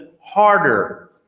harder